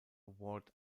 award